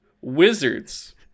wizards